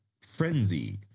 Frenzy